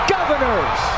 Governors